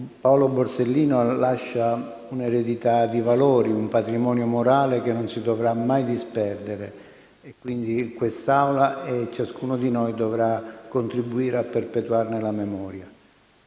Paolo Borsellino lascia un'eredità di valori, un patrimonio morale che non si dovrà mai disperdere. Quest'Assemblea e ciascuno di noi dovrà contribuire a perpetuarne la memoria.